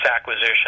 acquisition